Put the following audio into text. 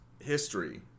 history